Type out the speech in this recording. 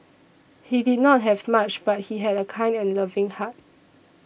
he did not have much but he had a kind and loving heart